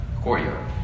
courtyard